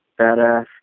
Badass